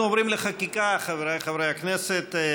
אנחנו עוברים לחקיקה, חבריי חברי הכנסת.